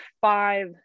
five